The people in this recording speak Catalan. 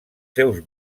seus